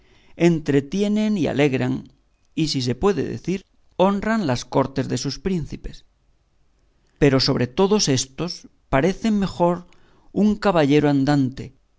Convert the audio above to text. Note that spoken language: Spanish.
entretienen y alegran y si se puede decir honran las cortes de sus príncipes pero sobre todos éstos parece mejor un caballero andante